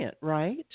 right